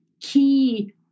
key